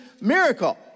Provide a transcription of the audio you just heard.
miracle